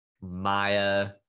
maya